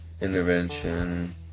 intervention